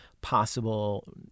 possible